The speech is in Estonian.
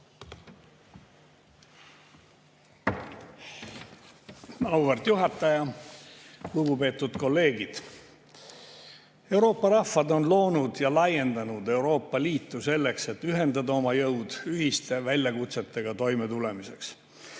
Auväärt juhataja! Lugupeetud kolleegid! Euroopa rahvad on loonud ja laiendanud Euroopa Liitu selleks, et ühendada oma jõud ühiste väljakutsetega toimetulemiseks.